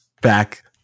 back